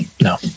No